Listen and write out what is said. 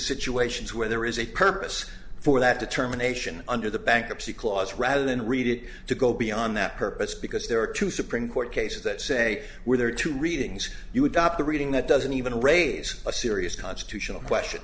situations where there is a purpose for that determination under the bankruptcy clause rather than read it to go beyond that purpose because there are two supreme court cases that say where there are two readings you have got the reading that doesn't even raise a serious constitutional question